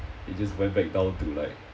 it just went back down to like